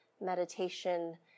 meditation